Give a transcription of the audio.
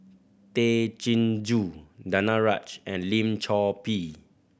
Tay Chin Joo Danaraj and Lim Chor Pee